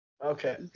Okay